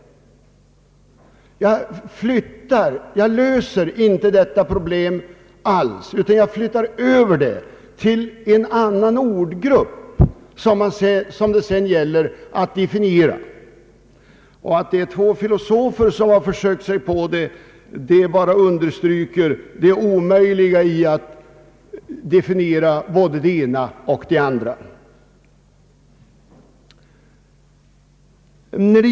Man löser inte detta problem alls, utan flyttar över det till en annan ordgrupp som det sedan gäller att definiera. Att det är två filosofer som har försökt sig på att göra detta, understryker bara det omöjliga att definiera både det ena och det andra.